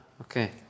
Okay